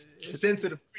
sensitive